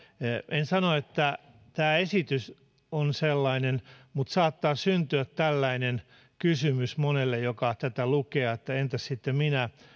en sano että tämä esitys on sellainen mutta saattaa syntyä tällainen kysymys monelle joka tätä lukee että entä sitten minä